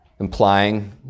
implying